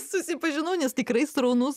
susipažinau nes tikrai sraunus